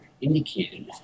indicated